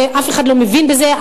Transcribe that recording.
ואף אחד לא מבין בזה,